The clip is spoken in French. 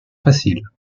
facile